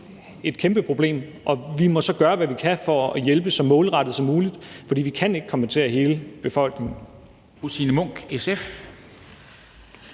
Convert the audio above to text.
et kæmpeproblem, og vi må så gøre, hvad vi kan, for at hjælpe så målrettet som muligt, for vi kan ikke kompensere hele befolkningen.